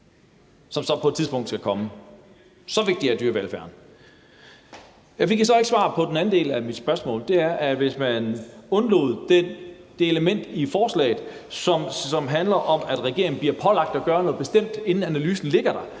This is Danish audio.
som så på et tidspunkt skal komme – så vigtig er dyrevelfærden. Jeg fik så ikke svar på den anden del af mit spørgsmål, og det var: Hvis man undlod det element i forslaget, som handler om, at regeringen bliver pålagt at gøre noget bestemt, inden analysen ligger der,